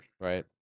right